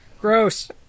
gross